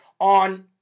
on